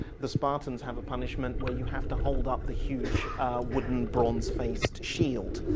the spartans have a punishment where you have to hold up the huge wooden bronze faced shield.